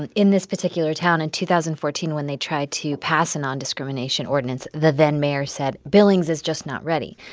and in this particular town, in two thousand and fourteen when they tried to pass a nondiscrimination ordinance, the then-mayor said billings is just not ready.